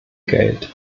geld